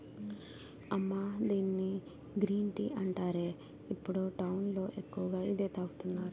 అమ్మా దీన్ని green tea అంటారే, ఇప్పుడు టౌన్ లో ఎక్కువగా ఇదే తాగుతున్నారు